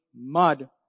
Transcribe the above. mud